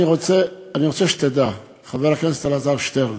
אני רוצה שתדע, חבר הכנסת אלעזר שטרן,